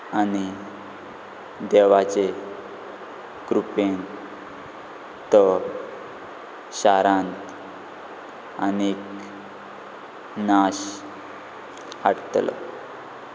आनी देवाचे कृपेन तो शारांत आनीक नाश हाडटलो